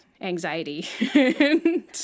anxiety